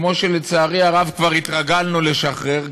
כמו שלצערי הרב כבר התרגלנו לשחרר,